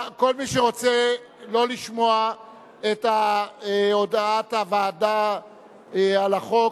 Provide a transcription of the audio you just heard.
כל מי שרוצה לא לשמוע את הודעת הוועדה על החוק